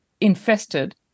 infested